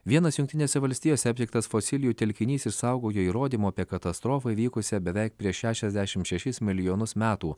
vienas jungtinėse valstijose aptiktas fosilijų telkinys išsaugojo įrodymą apie katastrofą įvykusią beveik prieš šešiasdešimt šešis milijonus metų